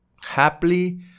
Happily